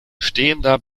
stehender